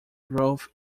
growth